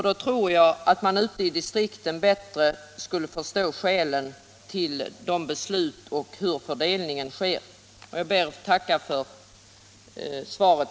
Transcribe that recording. Då tror jag att man ute i distrikten bättre skulle förstå hur fördelningen sker och skälen till besluten. Jag ber ännu en gång att få tacka för svaret.